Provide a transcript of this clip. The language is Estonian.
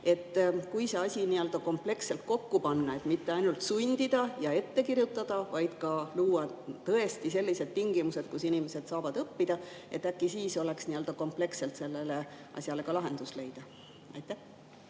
nii-öelda kompleksselt kokku panna, mitte ainult sundida ja ette kirjutada, vaid ka luua tõesti sellised tingimused, kus inimesed saavad õppida, äkki siis saaks kompleksselt sellele asjale lahenduse leida? Aitäh!